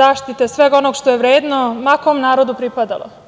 zaštite svega onoga što je vredno, ma kom narodu pripadalo. Zato